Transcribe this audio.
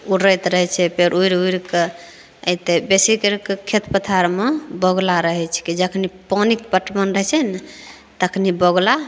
उड़ैत रहैत छै फेर उड़ि उड़ि कऽ अइतै बेसी करिकऽ खेत पथारमे बगुला रहैत छिकै जखनी पानिक पटबन रहैत छै ने तखनी बगुला